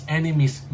enemies